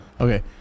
Okay